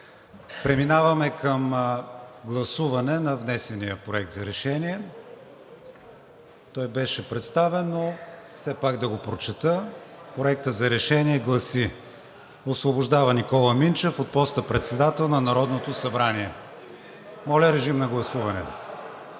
Преминаваме към гласуване на внесения Проект за решение. Той беше представен, но все пак да го прочета. Проектът на решение гласи: „Освобождава Никола Минчев от поста председател на Народното събрание.“ Ще изчакам